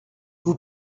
vous